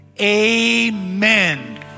amen